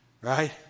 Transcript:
Right